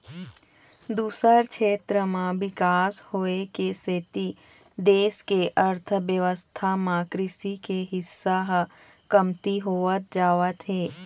दूसर छेत्र म बिकास होए के सेती देश के अर्थबेवस्था म कृषि के हिस्सा ह कमती होवत जावत हे